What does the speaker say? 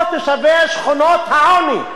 או תושבי שכונות העוני?